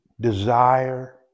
desire